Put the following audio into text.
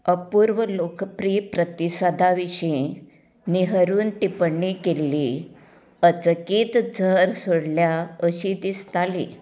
अपूर्व लोकप्रिय प्रतिसादा विशीं नेहरून टिप्पणी केली अचकीत झर सोडल्या अशी दिसताली